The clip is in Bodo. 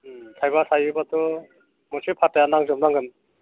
थाइबा थायोबाथ' मोनसे पाताया नांजोबनांगोन